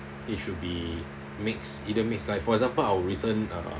it should be mixed either mixed like for example our recent uh